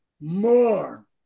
more